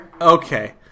Okay